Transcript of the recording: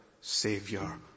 saviour